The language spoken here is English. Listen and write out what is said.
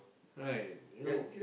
right you know